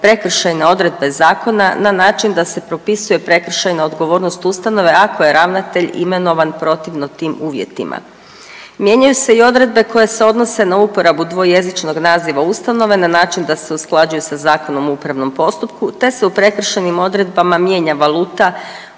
prekršajne odredbe zakona na način da se propisuje prekršajna odgovornost ustanove ako je ravnatelj imenovan protivno tim uvjetima. Mijenjaju se i odredbe koje se odnose na uporabu dvojezičnog naziva ustanove na način da se usklađuje sa Zakonom o upravnom postupku te se u prekršajnim odredbama mijenja valuta